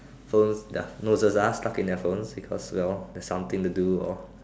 so noses are stuck in their phones because they have something to do